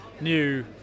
new